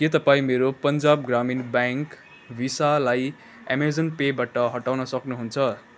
के तपाईँ मेरो पन्जाब ग्रामीण ब्याङ्क भिसालाई एमेजोन पे बाट हटाउन सक्नुहुन्छ